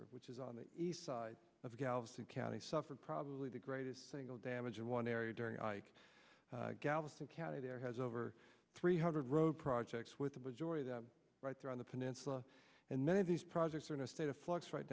peninsula which is on the east side of galveston county suffered probably the greatest single damage in one area during galveston county there has over three hundred road projects with the majority that right there on the peninsula and many of these projects are in a state of flux right